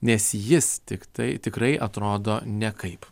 nes jis tiktai tikrai atrodo nekaip